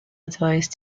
advice